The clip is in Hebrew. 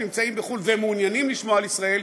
שנמצאים בחו"ל ומעוניינים לשמוע על ישראל,